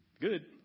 Good